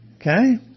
Okay